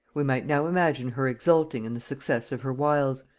we might now imagine her exulting in the success of her wiles,